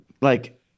like-